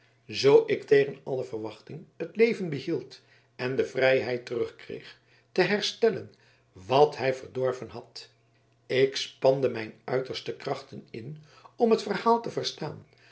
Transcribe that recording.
zoo ik tegen alle verwachting het leven behield en de vrijheid terugkreeg te herstellen wat hij verdorven had ik spande mijn uiterste krachten in om het verhaal te verstaan